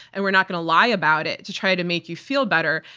and we're not going to lie about it to try to make you feel better.